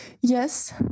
Yes